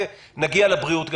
ונגיע גם לבריאות בהמשך.